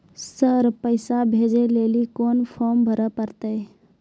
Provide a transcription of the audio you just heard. Sir पैसा भेजै लेली कोन फॉर्म भरे परतै?